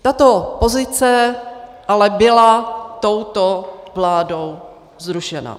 Tato pozice ale byla touto vládou zrušena.